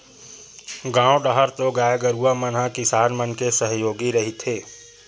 गाँव डाहर तो गाय गरुवा मन ह किसान मन के सहयोगी रहिथे